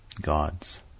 Gods